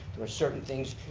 there were certain things,